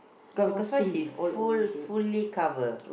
because because why he full~ fully cover